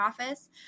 office